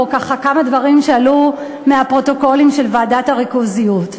או ככה בכמה דברים שעלו מהפרוטוקולים של ועדת הריכוזיות.